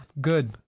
Good